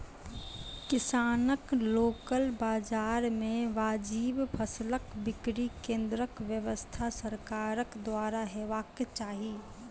किसानक लोकल बाजार मे वाजिब फसलक बिक्री केन्द्रक व्यवस्था सरकारक द्वारा हेवाक चाही?